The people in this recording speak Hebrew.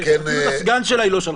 אפילו את הסגן שלה היא לא שלחה.